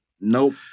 Nope